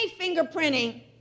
fingerprinting